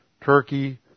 Turkey